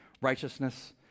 righteousness